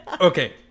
Okay